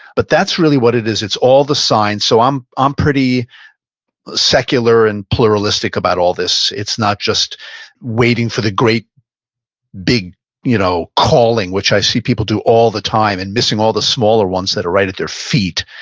but that's really what it is. it's all the signs. so i'm um pretty secular and pluralistic about all this. it's not just waiting for the great big you know calling, which i see people do all the time and missing all the smaller ones that are right at their feet.